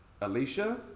Alicia